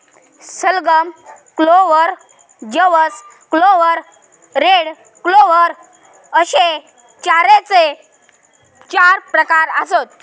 सलगम, क्लोव्हर, जवस clover, red clover अश्ये चाऱ्याचे चार प्रकार आसत